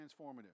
transformative